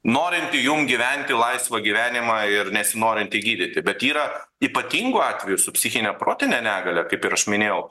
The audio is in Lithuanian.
norinti jum gyventi laisvą gyvenimą ir nesinorinti gydyti bet yra ypatingų atvejų su psichine protine negalia kaip ir minėjau